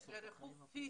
ל"ריחוק פיזי".